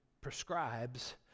prescribes